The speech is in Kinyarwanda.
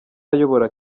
ayobora